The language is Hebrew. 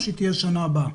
או שהיא תהיה בשנה הבאה?